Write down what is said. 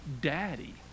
Daddy